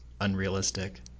unrealistic